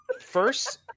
first